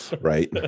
Right